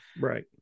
Right